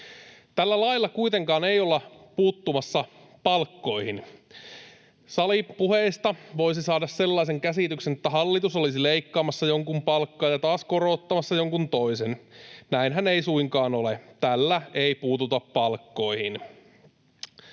Tällä lailla kuitenkaan ei olla puuttumassa palkkoihin. Salipuheista voisi saada sellaisen käsityksen, että hallitus olisi leikkaamassa jonkun palkkaa ja taas korottamassa jonkun toisen. Näinhän ei suinkaan ole, tällä ei puututa palkkoihin.